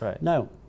No